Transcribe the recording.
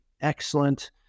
excellent